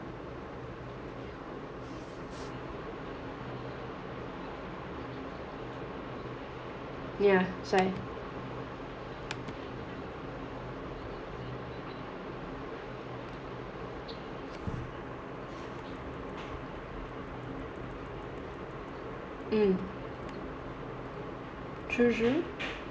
ya that's why mm true true